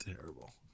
terrible